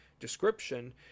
description